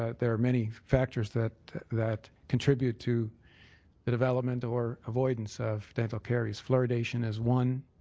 ah there are many factors that that contribute to the development or avoidance of dental carries. fluoridation is one